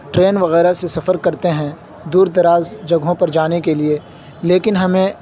train وغیرہ سے سفر کرتے ہیں دور دراز جگہوں پر جانے کے لیے لیکن ہمیں